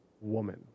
woman